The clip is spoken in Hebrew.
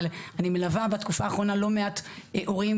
אבל אני מלווה בתקופה האחרונה לא מעט הורים